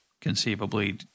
conceivably